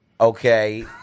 Okay